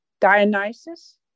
dionysus